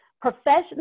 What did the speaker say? Professional